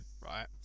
right